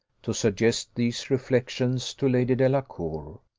to suggest these reflections to lady delacour,